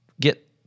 get